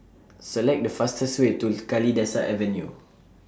Select The fastest Way to Kalidasa Avenue